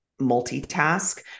multitask